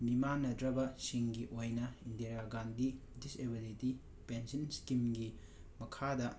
ꯃꯤꯃꯥꯟꯅꯗ꯭ꯔꯕꯁꯤꯡꯒꯤ ꯑꯣꯏꯅ Indira Gandhi disability pension ꯁ꯭ꯀꯤꯝꯒꯤ ꯃꯈꯥꯗ